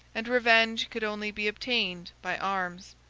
and revenge could only be obtained by arms.